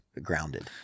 grounded